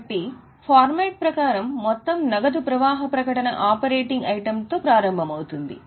కాబట్టి ఫార్మాట్ ప్రకారం మొత్తం నగదు ప్రవాహ ప్రకటన ఆపరేటింగ్ ఐటెమ్తో ప్రారంభమవుతుంది